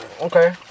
Okay